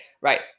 right